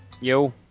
yo